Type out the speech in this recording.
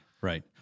Right